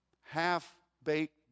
half-baked